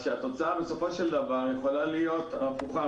התוצאה בסופו של דבר יכולה להיות הפוכה,